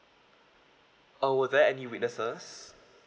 err were there any witnesses